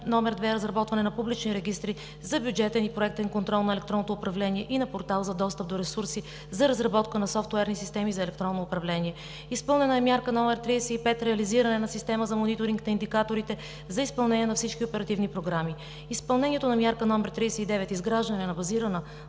№ 2 – Разработване на публични регистри за бюджетен и проектен контрол на електронното управление и на портал за достъп до ресурси за разработка на софтуерни системи за електронно управление. Изпълнена е мярка № 35 – Реализиране на система за мониторинг на индикаторите за изпълнение на всички оперативни програми. Изпълнението на мярка № 39 – Изграждане на базирана